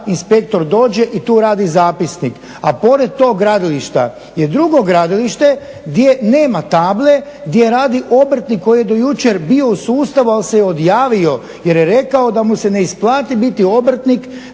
inspektor dođe i tu radi zapisnik. A pored tog gradilišta je drugo gradilište gdje nema table gdje radi obrtnik koji je do jučer bio u sustavu ali se je odjavio jer je rekao da mu se ne isplati biti obrtnik